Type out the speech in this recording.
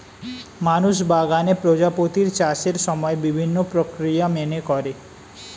মানুষ বাগানে প্রজাপতির চাষের সময় বিভিন্ন প্রক্রিয়া মেনে করে